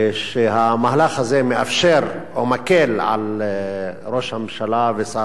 שהמהלך הזה מאפשר או מקל על ראש הממשלה ושר